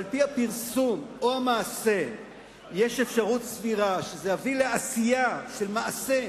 ועל-פי הפרסום או המעשה יש אפשרות סבירה שהיא תביא לעשייה של מעשה